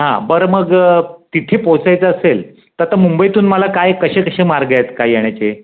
हां बरं मग तिथे पोचायचं असेल तर आता मुंबईतून मला काय कसे कसे मार्ग आहेत काय येण्याचे